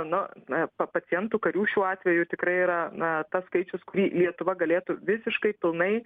na na pa pacientų karių šiuo atveju tikrai yra na tas skaičius kurį lietuva galėtų visiškai pilnai